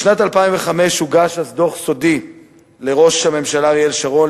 בשנת 2005 הוגש דוח סודי לראש הממשלה אריאל שרון,